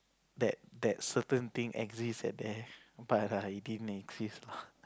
that that certain exist at there but I didn't exist lah